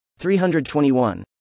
321